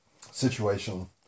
situation